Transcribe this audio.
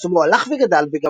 פרסומו הלך וגדל,